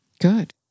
good